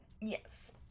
Yes